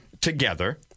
together